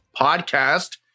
podcast